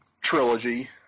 trilogy